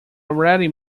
already